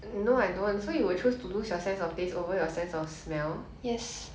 no I don't so you will choose to lose your sense of taste over your sense of smell